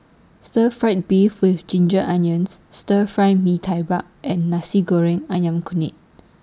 Stir Fried Beef with Ginger Onions Stir Fry Mee Tai Buck and Nasi Goreng Ayam Kunyit